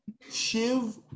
shiv